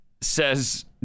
says